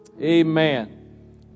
Amen